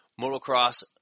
Motocross